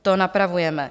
To napravujeme.